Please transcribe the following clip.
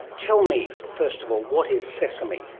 tell me first of all, what is sesame?